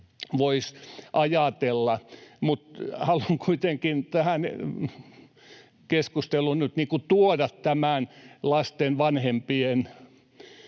haluan kuitenkin tähän keskusteluun nyt tuoda tämän lasten vanhempien,